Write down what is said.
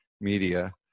media